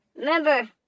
Remember